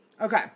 Okay